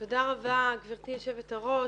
תודה רבה, גברתי יושבת-הראש.